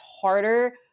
harder